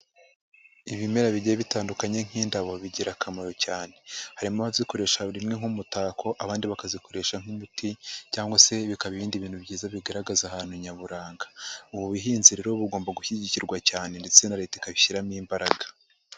Ibimera bigiye bitandukanye nk'indabo bigira akamaro cyane. Harimo abazikoresha rimwe nk'umutako abandi bakazikoresha nk'imiti cyangwa se bikaba ibindi bintu byiza bigaragaza ahantu nyaburanga. Ubu buhinzi rero bugomba gushyigikirwa cyane ndetse na leta ikabishyiramo imbaraga.